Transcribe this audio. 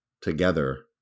together